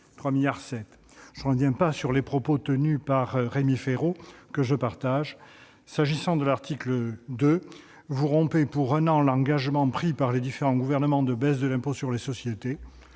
sûr ... Je ne reviens pas sur les propos de Rémi Féraud, que je partage. Au travers de l'article 2, vous rompez pour un an l'engagement pris par les différents gouvernements de baisse de l'impôt sur les sociétés.